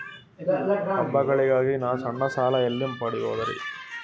ಹಬ್ಬಗಳಿಗಾಗಿ ನಾ ಸಣ್ಣ ಸಾಲ ಎಲ್ಲಿ ಪಡಿಬೋದರಿ?